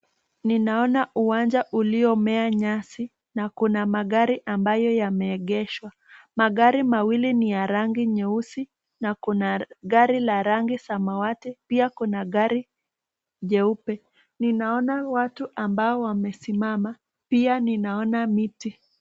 Ninaona uwanja uliomea nyasi na kuna magari ambayo yameegeshwa. Magari mawili ni ya rangi nyeusi na kuna gari la rangi samawati, pia kuna gari jeupe. Ninaona watu ambao wamesimama, pia ninaona miti.